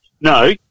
no